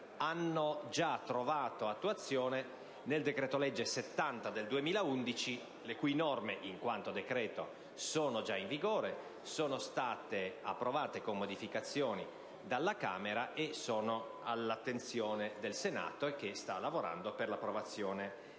hanno già trovato attuazione nel decreto-legge n. 70 del 2011, le cui norme sono già in vigore, sono state approvate con modificazioni dalla Camera e sono all'attenzione del Senato, che sta lavorando per l'approvazione definitiva